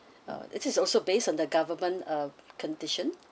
uh it is also based on the government uh condition